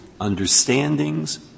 understandings